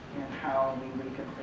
how we make it